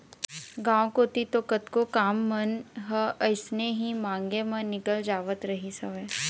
गांव कोती तो कतको काम मन ह अइसने ही मांगे म निकल जावत रहिस हवय